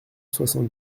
soixante